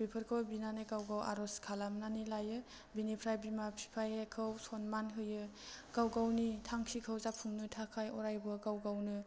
बेफोरखौ बिनानै गावखौ आर'ज खालामनानै लायो बिनिफ्राय बिमा बिफानिखौ सन्मान होयो गाव गावनि थांखिखौ जाफुंनो थाखाय अरायबो गाव गावनि